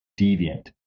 deviant